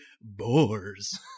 boars